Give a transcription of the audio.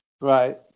Right